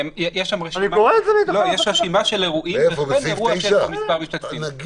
יש שם רשימה של אירועים וכן אירוע שיש בו מספר משתתפים.